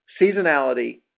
seasonality